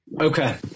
Okay